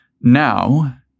now